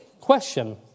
question